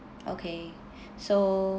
okay so